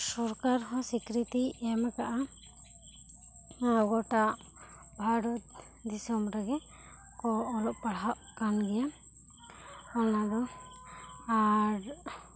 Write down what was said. ᱥᱚᱨᱠᱟᱨ ᱦᱚᱸ ᱥᱤᱠᱨᱤᱛᱤ ᱮᱢ ᱟᱠᱟᱫᱟᱭ ᱜᱚᱴᱟ ᱵᱷᱟᱨᱚᱛ ᱫᱤᱥᱚᱢ ᱨᱮ ᱜᱤ ᱠᱚ ᱚᱞᱚᱜ ᱯᱟᱲᱦᱟᱜ ᱠᱟᱱ ᱜᱤᱭᱟᱹ ᱚᱱᱟ ᱫᱚ ᱟᱨ